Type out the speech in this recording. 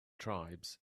tribes